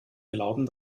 glauben